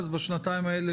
בשנתיים האלה,